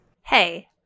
Hey